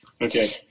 Okay